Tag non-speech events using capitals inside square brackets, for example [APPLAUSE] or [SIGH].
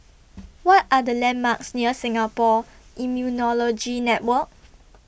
[NOISE] What Are The landmarks near Singapore Immunology Network